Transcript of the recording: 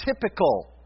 typical